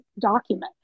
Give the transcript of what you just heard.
document